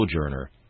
sojourner